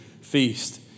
feast